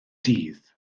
dydd